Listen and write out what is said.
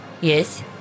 Yes